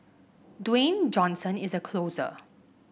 Dwayne Johnson is a closer